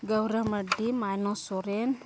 ᱜᱳᱣᱨᱚ ᱢᱟᱨᱰᱤ ᱢᱟᱭᱱᱚ ᱥᱚᱨᱮᱱ